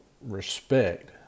respect